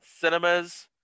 Cinemas